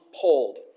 pulled